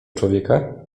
człowieka